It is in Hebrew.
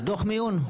אז דו"ח מיון.